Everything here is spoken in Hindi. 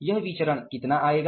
यह विचरण कितना आएगा